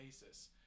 basis